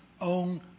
own